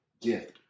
gift